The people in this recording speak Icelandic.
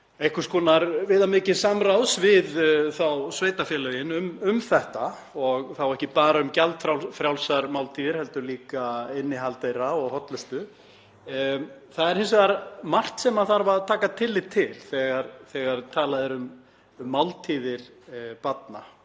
einhvers konar viðamikils samráðs við sveitarfélögin um þetta og þá ekki bara um gjaldfrjálsar máltíðir heldur líka innihald þeirra og hollustu. Það er hins vegar margt sem þarf að taka tillit til þegar talað er um máltíðir barna,